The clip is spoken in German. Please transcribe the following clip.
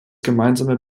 gemeinsame